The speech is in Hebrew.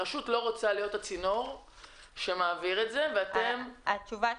הרשות לא רוצה להיות הצינור שמעביר את זה ואתם --- תשובתי